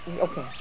Okay